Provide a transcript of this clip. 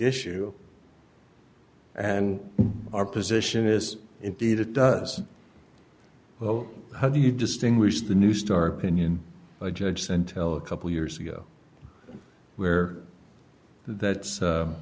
issue and our position is indeed it does well how do you distinguish the new star opinion by judge sent a couple years ago where that's